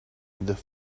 this